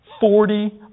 Forty